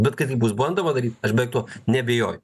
bet kad tai bus bandoma daryt aš beveik tuo neabejoju